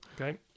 okay